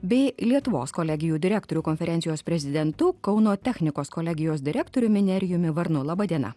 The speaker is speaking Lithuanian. bei lietuvos kolegijų direktorių konferencijos prezidentu kauno technikos kolegijos direktoriumi nerijumi varnu laba diena